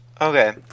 okay